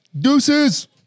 Deuces